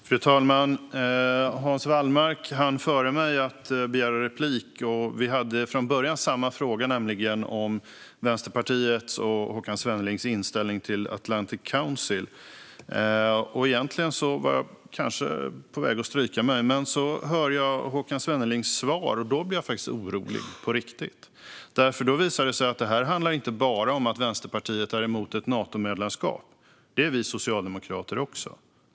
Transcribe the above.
Fru talman! Hans Wallmark hann begära replik före mig. Vi hade från början samma fråga, nämligen om Vänsterpartiets och Håkan Svennelings inställning till Atlantic Council. Jag var på väg att stryka mig, men så hörde jag Håkan Svennelings svar och blev på riktigt orolig. Vänsterpartiet är emot ett Natomedlemskap, vilket vi socialdemokrater också är.